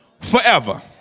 forever